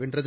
வென்றது